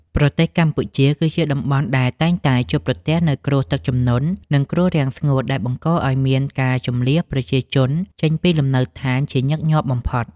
ប្រទេសកម្ពុជា គឺជាតំបន់ដែលតែងតែជួបប្រទះនូវគ្រោះទឹកជំនន់ និងគ្រោះរាំងស្ងួតដែលបង្កឱ្យមានការជម្លៀសប្រជាជនចេញពីលំនៅឋានជាញឹកញាប់បំផុត។